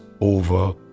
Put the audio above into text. over